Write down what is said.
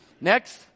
Next